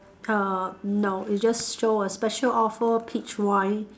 uh no it just show a special offer peach wine